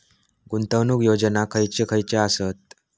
गुंतवणूक योजना खयचे खयचे आसत?